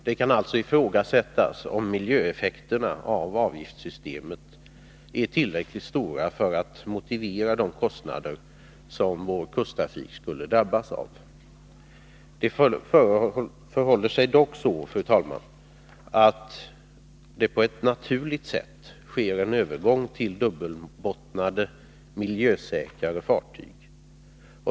Det kan alltså ifrågasättas om miljöeffekterna av avgiftssystemet är tillräckligt stora för att motivera de kostnader som vår kusttrafik skulle drabbas av. Det förhåller sig dock så, fru talman, att det på ett naturligt sätt sker en övergång till dubbelbottnade miljösäkrare fartyg.